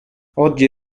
oggi